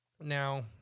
now